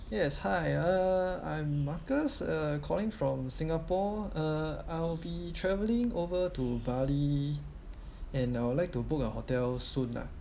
yes hi uh I'm marcus uh calling from singapore uh I'll be travelling over to bali and I would like to book a hotel soon lah